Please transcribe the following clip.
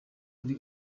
kuri